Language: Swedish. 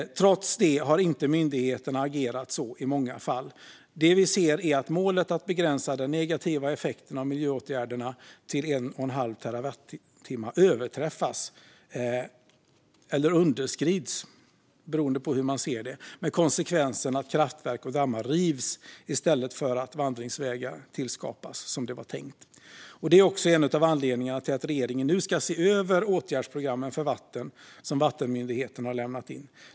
Trots detta har myndigheterna i många fall inte agerat så. Det vi ser är att målet att begränsa den negativa effekten av miljöåtgärderna till 1,5 terawattimmar överträffas, eller underskrids, beroende på hur man ser det, med konsekvensen att kraftverk och dammar rivs i stället för att vandringsvägar tillskapas, som det var tänkt. Det är också en av anledningarna till att regeringen nu ska se över åtgärdsprogrammen för vatten som vattenmyndigheterna lämnat in.